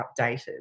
updated